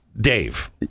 dave